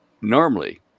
normally